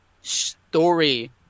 story